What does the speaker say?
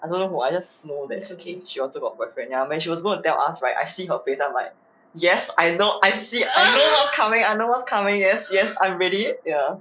I don't know who I just know she got boyfriend ya when she was going to tell us right I see her face then I'm like yes I know I see I know what's coming I know what's coming yes yes I'm ready ya